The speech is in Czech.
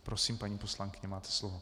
Prosím, paní poslankyně, máte slovo.